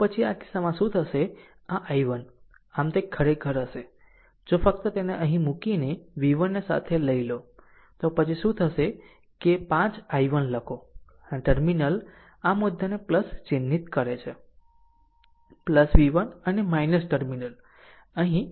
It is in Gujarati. તો પછી આ કિસ્સામાં શું થશે આ i1 આમ તે ખરેખર હશે જો ફક્ત તેને અહીં મૂકીને v1 ને સાથે લઈ લો તો પછી શું થશે કે5 i1 લખો અને આ ટર્મિનલ આ મુદ્દાને ચિહ્નિત કરે છે v1 અને ટર્મિનલ અહીં